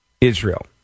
Israel